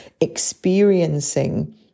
experiencing